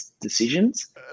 decisions